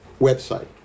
website